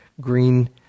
Green